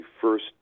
first